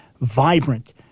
vibrant